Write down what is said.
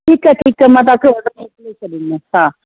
ठीकु आहे ठीकु आहे मां तव्हां खे ऑडर मोकिले छॾींदो असां